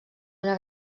una